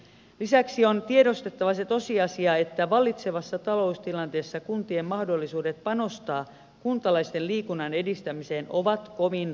lisäksi on tiedostettava se tosiasia että vallitsevassa taloustilanteessa kuntien mahdollisuudet panostaa kuntalaisten liikunnan edistämiseen ovat kovin rajalliset